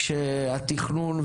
כשמשרדי התכנון,